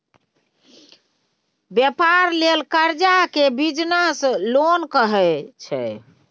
बेपार लेल करजा केँ बिजनेस लोन कहै छै